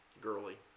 girly